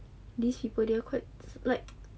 these people their quite like